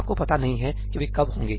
आपको पता नहीं है कि वे कब होंगे